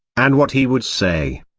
and what he would say.